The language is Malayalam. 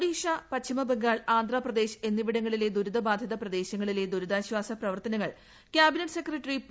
ഒഡീഷ പശ്ചിമബംഗാൾ ആന്ധ്രാപ്രദേശ് എന്നിവിടങ്ങളിലെ ദുരന്തബാധിത പ്രദേശങ്ങളിലെ ദുരിതാശ്വാസ പ്രവർത്തനങ്ങൾ ക്യാബിനറ്റ് സെക്രട്ടറി പി